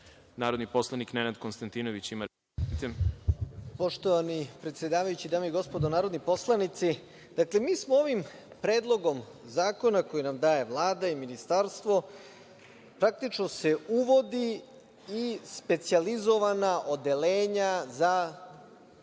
Nenad Konstantinović. **Nenad Konstantinović** Poštovani predsedavajući, dame i gospodo narodni poslanici, mi smo ovim Predlogom zakona koji nam daje Vlada i ministarstvo, praktično se uvodi i specijalizovana odeljenja za